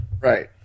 Right